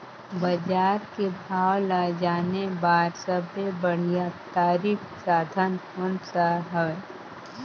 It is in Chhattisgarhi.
बजार के भाव ला जाने बार सबले बढ़िया तारिक साधन कोन सा हवय?